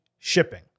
shipping